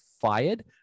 fired